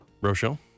Rochelle